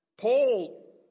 paul